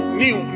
new